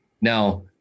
Now